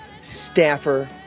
staffer